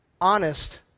honest